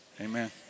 amen